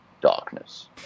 darkness